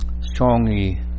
strongly